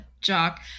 jock